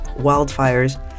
wildfires